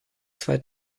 zwei